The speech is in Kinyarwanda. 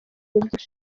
ibyishimo